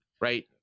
right